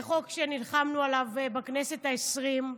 זה חוק שנלחמנו עליו בכנסת העשרים,